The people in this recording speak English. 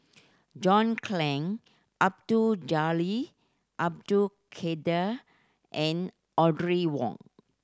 John Clang Abdul Jalil Abdul Kadir and Audrey Wong